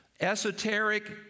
esoteric